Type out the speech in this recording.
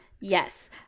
yes